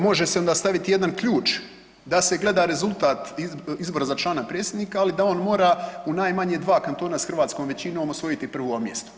Može se onda staviti jedan ključ da se gleda rezultat izbora za člana predsjednika, ali da on mora u najmanje dva kantona s hrvatskom većinom osvojiti prvo mjesto.